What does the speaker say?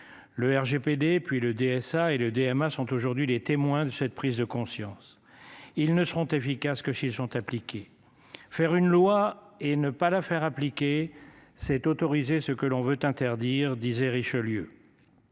Le RGPD puis le DSA et le DMA sont aujourd'hui les témoins de cette prise de conscience. Ils ne seront efficaces que si elles sont appliquées. Faire une loi et ne pas la faire appliquer cette autorisé ce que l'on veut interdire disait Richelieu.